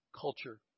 culture